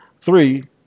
three